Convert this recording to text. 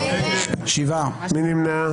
מי נמנע?